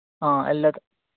ആ എല്ലായിതും